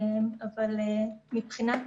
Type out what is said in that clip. אבל מבחינת